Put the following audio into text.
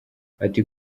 ati